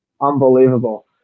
Unbelievable